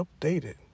updated